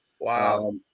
Wow